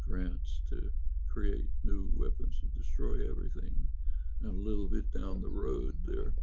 grants to create new weapons to destroy everything and a little bit down the road they're